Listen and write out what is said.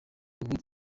ubu